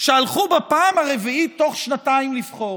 שהלכו בפעם הרביעית תוך שנתיים לבחור,